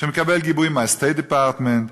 שמקבל גיבוי מה-State Department,